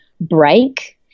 Break